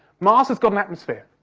mars has got an atmosphere,